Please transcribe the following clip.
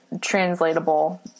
translatable